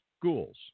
schools